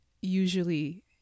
usually